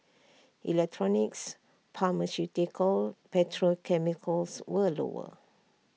electronics pharmaceuticals petrochemicals were lower